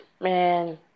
Man